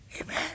Amen